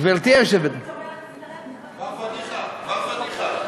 כבר פדיחה, כבר פדיחה.